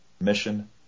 mission